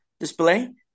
display